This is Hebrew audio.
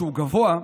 שהוא גבוה,